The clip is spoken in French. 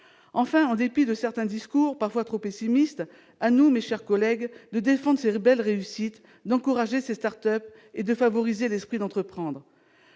Enfin, en dépit de certains discours parfois trop pessimistes, à nous, mes chers collègues, de défendre ces belles réussites, d'encourager ces start-up et de favoriser l'esprit d'entreprendre.